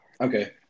Okay